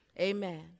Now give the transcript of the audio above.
Amen